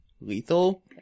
lethal